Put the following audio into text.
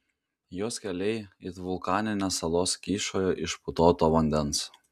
jos keliai it vulkaninės salos kyšojo iš putoto vandens